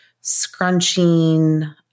scrunching